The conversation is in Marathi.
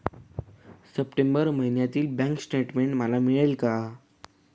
सप्टेंबर महिन्यातील बँक स्टेटमेन्ट मला मिळेल का?